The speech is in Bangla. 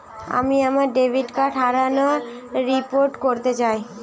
আমি আমার ডেবিট কার্ড হারানোর রিপোর্ট করতে চাই